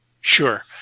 Sure